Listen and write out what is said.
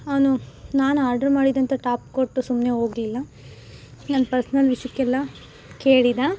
ಅವನು ನಾನು ಆರ್ಡರ್ ಮಾಡಿದಂಥ ಟಾಪ್ ಕೊಟ್ಟು ಸುಮ್ಮನೆ ಹೋಗ್ಲಿಲ್ಲ ನನ್ನ ಪರ್ಸ್ನಲ್ ವಿಷ್ಯಕ್ಕೆಲ್ಲ ಕೇಳಿದ